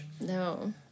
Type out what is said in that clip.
no